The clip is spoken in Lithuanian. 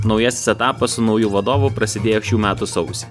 naujasis etapas su nauju vadovu prasidėjo šių metų sausį